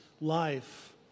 life